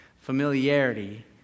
Familiarity